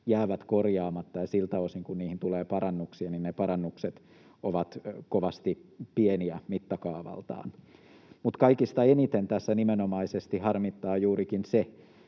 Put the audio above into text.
jäävät korjaamatta, ja siltä osin kuin niihin tulee parannuksia, ne ovat kovasti pieniä mittakaavaltaan. Mutta kaikista eniten tässä nimenomaisesti harmittaa juurikin se,